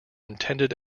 intended